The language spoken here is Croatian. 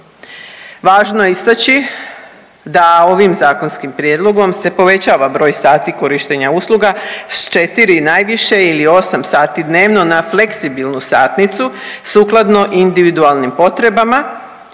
Važno je istaći da ovim zakonskim prijedlogom se povećava broj sati korištenja usluga s četiri najviše ili osam sati dnevno na fleksibilnu satnicu sukladno individualnim potrebama